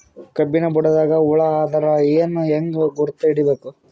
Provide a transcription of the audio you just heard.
ಕಬ್ಬಿನ್ ಬುಡದಾಗ ಹುಳ ಆದರ ಅದನ್ ಹೆಂಗ್ ಗುರುತ ಹಿಡಿಬೇಕ?